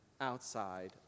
outside